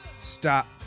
Stop